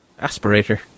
Aspirator